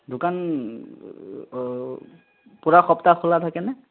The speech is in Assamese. দোকান পূৰা সপ্তাহ খোলা থাকেনে